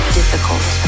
difficult